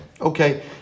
Okay